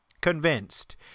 convinced